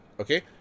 Okay